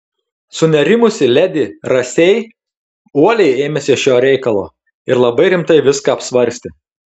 sunerimusi ledi rasei uoliai ėmėsi šio reikalo ir labai rimtai viską apsvarstė